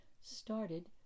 started